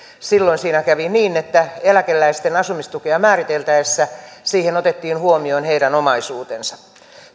silloin siinä kävi niin että eläkeläisten asumistukea määriteltäessä siihen otettiin huomioon heidän omaisuutensa